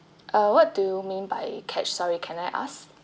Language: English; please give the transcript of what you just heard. uh what do you mean by cash sorry can I ask